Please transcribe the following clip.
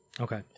Okay